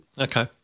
Okay